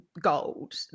gold